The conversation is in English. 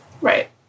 Right